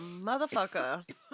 motherfucker